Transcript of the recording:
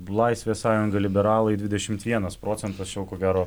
laisvės sąjunga liberalai dvidešimt vienas procentas čia jau ko gero